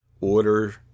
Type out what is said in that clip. Order